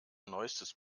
neuestes